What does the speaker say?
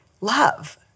love